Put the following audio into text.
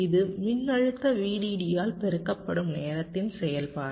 இது மின்னழுத்த VDD ஆல் பெருக்கப்படும் நேரத்தின் செயல்பாடு